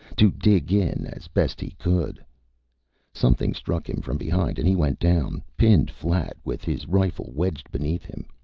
to dig in as best he could something struck him from behind and he went down, pinned flat, with his rifle wedged beneath him.